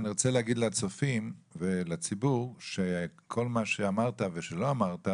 אני רוצה להגיד לצופים ולציבור שכל מה שאמרת ושלא אמרת